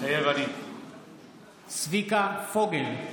מתחייב אני צביקה פוגל,